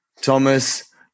Thomas